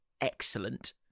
excellent